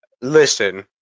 Listen